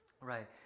right